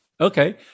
Okay